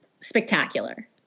spectacular